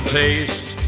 taste